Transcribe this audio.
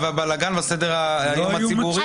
והבלגן וסדר היום הציבורי,